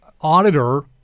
auditor